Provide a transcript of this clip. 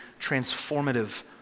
transformative